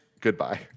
goodbye